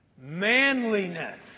Manliness